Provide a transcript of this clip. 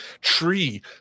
tree